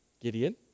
Gideon